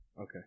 Okay